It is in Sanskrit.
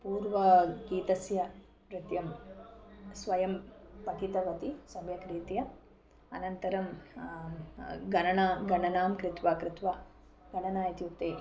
पूर्वं गीतस्य नृत्यं स्वयं पठितवती सम्यक् रीत्या अनन्तरं गणना गणनां कृत्वा कृत्वा गणना इत्युक्ते